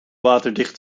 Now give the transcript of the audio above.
waterdicht